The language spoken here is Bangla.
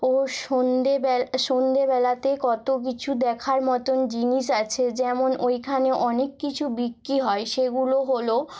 ও সন্ধ্যেবেলা সন্ধ্যেবেলাতে কত কিছু দেখার মতন জিনিস আছে যেমন ওইখানে অনেক কিছু বিক্রি হয় সেগুলো হল